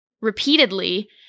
repeatedly